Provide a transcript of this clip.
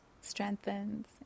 strengthens